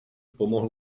pomohl